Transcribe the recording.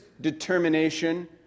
determination